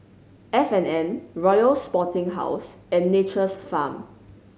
F and N Royal Sporting House and Nature's Farm